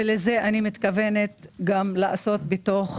ואת זה אני מתכוונת גם לעשות בוועדה.